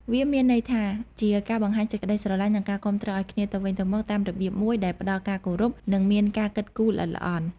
វាមានន័យថា ជាការបង្ហាញសេចក្ដីស្រឡាញ់ និងការគាំំទ្រឱ្យគ្នាទៅវិញទៅមកតាមរបៀបមួយដែលផ្ដល់ការគោរព និងមានការគិតគូរល្អិតល្អន់។